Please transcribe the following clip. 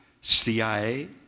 CIA